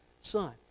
son